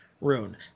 rune